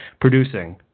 producing